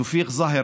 תאופיק זהר,